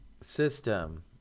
system